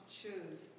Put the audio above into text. choose